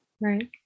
Right